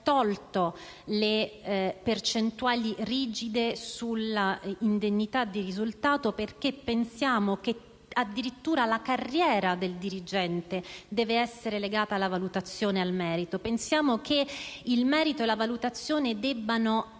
tolto le percentuali rigide sull'indennità di risultato perché pensiamo che addirittura la carriera del dirigente debba essere legata alla valutazione e al merito. Pensiamo che il merito e la valutazione debbano